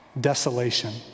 Desolation